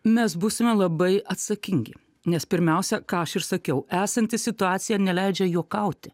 mes būsime labai atsakingi nes pirmiausia ką aš ir sakiau esanti situacija neleidžia juokauti